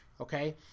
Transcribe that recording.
Okay